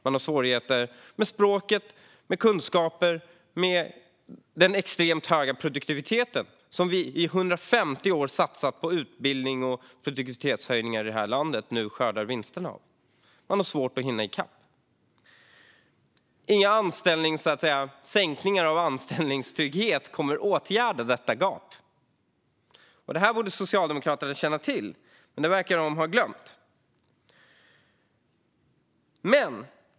De har svårigheter med språket, med kunskaper och med den extremt höga produktivitet som vi har i detta land efter att i 150 år ha satsat på utbildning och produktivitetshöjningar och som vi skördar vinsterna av. De har svårt att hinna i kapp. Inga minskningar av anställningstryggheten kommer att åtgärda detta gap. Detta borde Socialdemokraterna känna till, men de verkar ha glömt det.